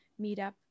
meetup